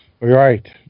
Right